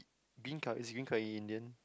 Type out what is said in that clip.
bean curry is green curry Indian